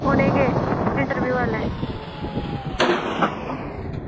उनें गै इंटरव्यू आह्लें